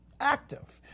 active